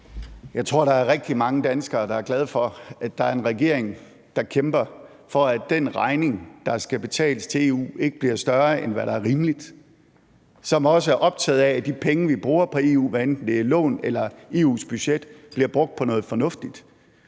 Jeg tror, at rigtig mange danskere er glade for, at der er en regering, der kæmper for, at den regning, der skal betales til EU, ikke bliver større, end hvad der er rimeligt, og som også er optaget af, at de penge, vi bruger på EU, hvad enten det er lån eller til EU's budget, bliver brugt på noget fornuftigt,